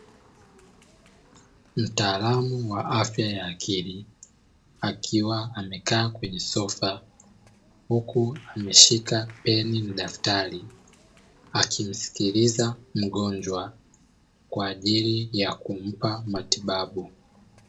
Mtaalamu wa afya ya akili akiwa amekaa kwenye sofa huku ameshika peni na daftari akimsikiliza mgonjwa kwa ajili ya kumpa matibabu.